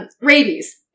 Rabies